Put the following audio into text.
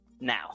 now